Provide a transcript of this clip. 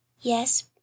Yes